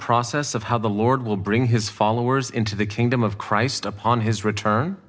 process of how the lord will bring his followers into the kingdom of christ upon his